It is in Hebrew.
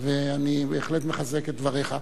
אני בהחלט מחזק את דבריך.